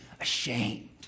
ashamed